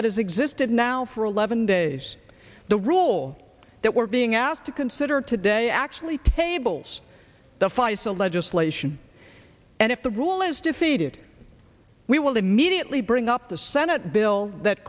that has existed now for eleven days the rule that we're being asked to consider today actually tables the faisel legislation and if the rule is defeated we will immediately bring up the senate bill that